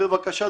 בבקשה,